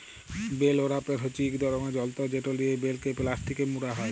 bell wrapper হছে ইক রকমের যল্তর যেট লিয়ে বেলকে পেলাস্টিকে মুড়া হ্যয়